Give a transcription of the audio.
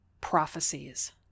Prophecies